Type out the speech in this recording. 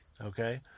Okay